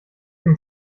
dem